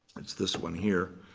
it's this one here.